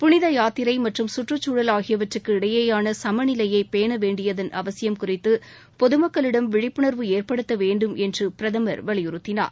புனித யாத்திரை மற்றும் கற்றுச்சூழல் ஆகியவற்றுக்கு இடையேயான சமநிலையை பேணவேண்டியது அவசியம் குறித்து பொதுமக்களிடம் விழிப்புணர்வு ஏற்படுத்த வேண்டும் என்று பிரதமர் வலியுறுத்தினார்